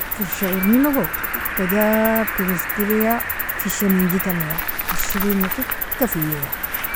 Forsha urrnilogo, urrka jabkir iskirea, fishsha menjitamea, ashringa kika fiyeya.